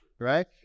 Right